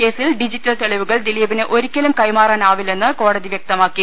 കേസിൽ ഡിജിറ്റൽ തെളിവുകൾ ദിലീപിന് ഒരി ക്കലും കൈമാറാനാവില്ലെന്ന് കോടതി വ്യക്തമാക്കി